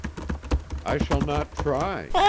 i shall not try,